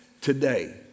today